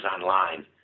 online